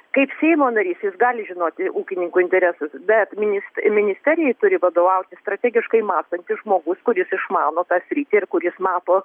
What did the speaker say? kaip seimo narys jis gali žinoti ūkininkų interesus bet minis ministerijai turi vadovauti strategiškai mąstantis žmogus kuris išmano tą sritį ir kuris mato